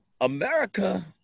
America